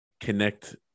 connect